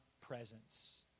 presence